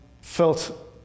felt